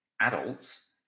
adults